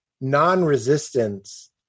Non-resistance